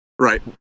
Right